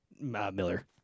Miller